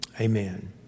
amen